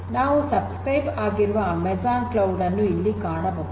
ನಾವು ಚಂದಾದಾರರಾಗಿರುವ Amazon cloud ಅನ್ನು ಇಲ್ಲಿ ಕಾಣಬಹುದು